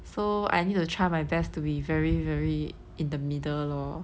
so I need to try my best to be very very in the middle lor